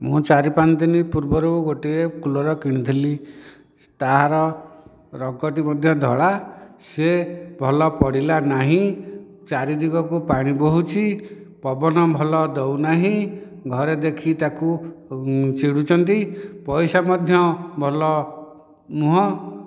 ମୁଁ ଚାରି ପାଞ୍ଚ ଦିନି ପୂର୍ବରୁ ଗୋଟିଏ କୁଲର କିଣିଥିଲି ତାହାର ରଙ୍ଗଟି ମଧ୍ୟ ଧଳା ସେ ଭଲ ପଡ଼ିଲା ନାହିଁ ଚାରିଦିଗକୁ ପାଣି ବୋହୁଛି ପବନ ଭଲ ଦେଉ ନାହିଁ ଘରେ ଦେଖି ତାକୁ ଚିଡ଼ୁଛନ୍ତି ପଇସା ମଧ୍ୟ ଭଲ ନୁହେଁ